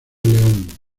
león